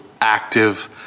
active